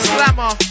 Slammer